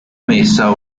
emessa